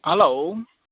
hello